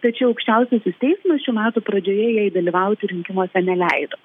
tačiau aukščiausiasis teismas šių metų pradžioje jai dalyvauti rinkimuose neleido